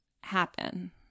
happen